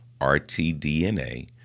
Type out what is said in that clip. RTDNA